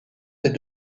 des